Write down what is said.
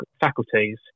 faculties